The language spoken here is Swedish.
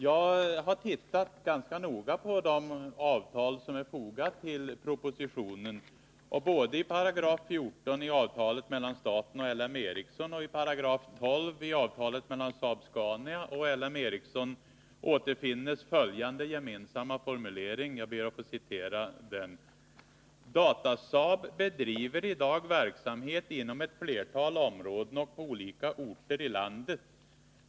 Jag har tittat ganska noga på de avtal som är fogade till propositionen. I både 14 § i avtalet mellan staten och LME och 12 § i avtalet mellan Saab-Scania och LME återfinns följande gemensamma formulering: ”Datasaab bedriver idag verksamhet inom ett flertal områden och på olika orter i landet.